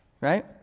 right